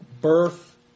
birth